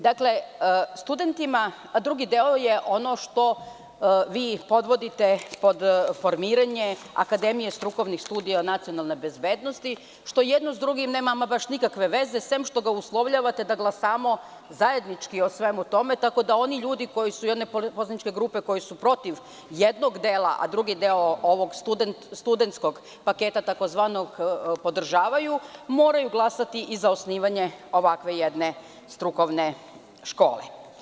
Dakle, drugi deo je ono što vi podvodite pod formiranje akademije strukovnih studija nacionalne bezbednosti, jedno sa drugim nema nikakve veze, sem što uslovljavate da glasamo zajednički o svemu tome, tako da oni ljudi koji su, jedne poslaničke grupe, protiv jednog dela, a drugi deo ovog studentskog paketa podržavaju, moraju glasati i za osnivanje ovakve jedne strukovne škole.